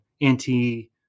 anti